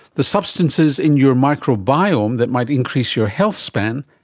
the substances in your microbiome that might increase your health span.